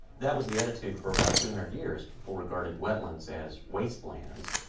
that was the attitude for about two hundred years. people regarded wetlands as wastelands.